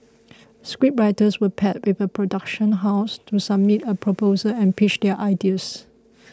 scriptwriters were paired with a production house to submit a proposal and pitch their ideas